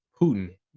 putin